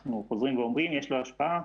שאנחנו חוזרים ואומרים יש לו השפעה,